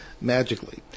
magically